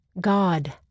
God